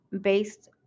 based